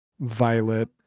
Violet